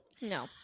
No